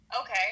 okay